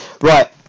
Right